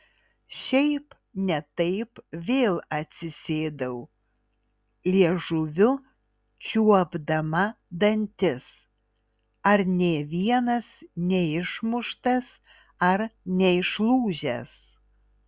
šiaip ne taip vėl atsisėdau liežuviu čiuopdama dantis ar nė vienas neišmuštas ar neišlūžęs